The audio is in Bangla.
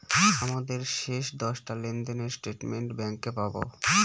আমাদের শেষ দশটা লেনদেনের স্টেটমেন্ট ব্যাঙ্কে পাবো